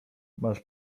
masz